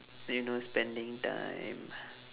then you know spending time